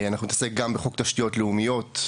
נתעסק בחוק תשתיות לאומיות,